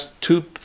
two